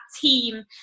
team